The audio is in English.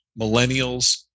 millennials